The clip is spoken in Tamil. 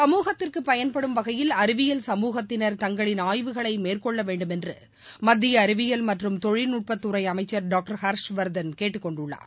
சமுகத்திற்கு பயன்படும்வகையில் அறிவியல் சமுகத்தினா் தங்களின் ஆய்வுகளை மேற்கொள்ள வேண்டும் என்று மத்திய அறிவியல் மற்றும் தொழில்நுட்பத்துறை அனமச்சர் டாங்டர் ஹர்ஷ்வர்தன் கேட்டுக்கொண்டுள்ளார்